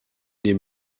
den